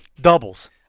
doubles